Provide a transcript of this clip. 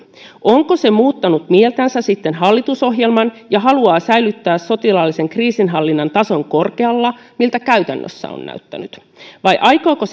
onko se muuttanut mieltänsä sitten hallitusohjelman ja haluaa säilyttää sotilaallisen kriisinhallinnan tason korkealla miltä käytännössä on näyttänyt vai aikooko